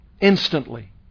Instantly